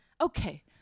okay